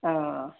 ആ ആ